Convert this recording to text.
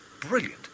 brilliant